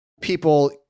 people